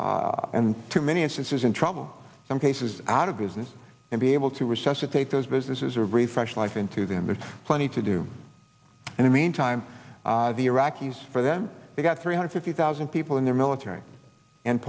are and to many instances in trouble some cases out of business and be able to resuscitate those businesses are very fresh life into them there's plenty to do in the meantime the iraqis for them they've got three hundred fifty thousand people in their military and